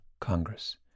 Congress